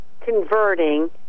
converting